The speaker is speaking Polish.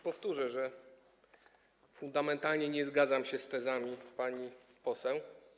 Powtórzę, że fundamentalnie nie zgadzam się z tezami pani poseł.